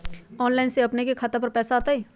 Online से अपने के खाता पर पैसा आ तई?